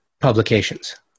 publications